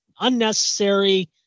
unnecessary